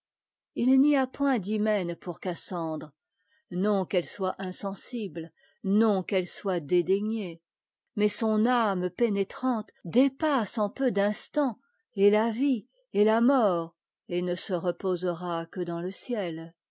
il n'y a point d'hymen pour cassandre non qu'elle soit insensible non qu'ette soit dédaignée mais son âme pénétrante dépasse en peu d'instants et la vie et la mort et ne se reposera que dans te ciel